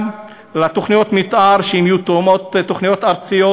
גם לתוכניות מתאר שיהיו תואמות תוכניות ארציות,